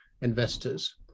investors